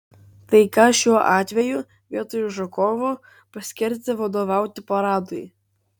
tai ką šiuo atveju vietoj žukovo paskirti vadovauti paradui